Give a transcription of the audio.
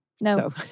No